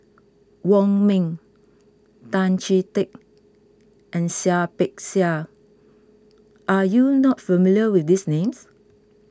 Wong Ming Tan Chee Teck and Seah Peck Seah are you not familiar with these names